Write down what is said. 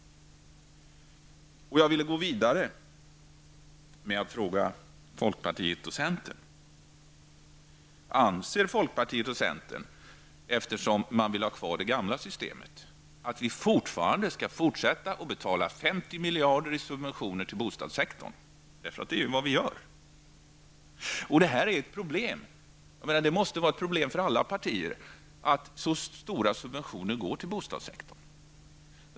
Vidare vill jag fråga folkpartiet och centern: Anser ni i folkpartiet och centern att vi fortfarande skall betala 50 miljarder i subventioner till bostadssektorn, eftersom ni vill ha kvar det gamla systemet? Det är vad vi betalar i dag. Det här är ett problem, och det måste vara ett problem för alla partier att så stora subventioner går till bostadssektorn.